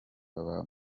baba